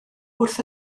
wrth